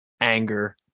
anger